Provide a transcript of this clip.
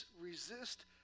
Resist